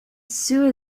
sue